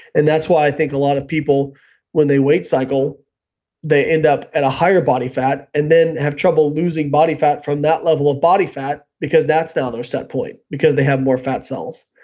and that's why i think a lot of people when they weight cycle they end up at a higher body fat and then have trouble losing body fat from that level of body fat because that's now their set point because they have more fat cells.